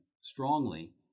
strongly